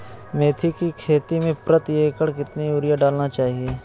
मेथी के खेती में प्रति एकड़ कितनी यूरिया डालना चाहिए?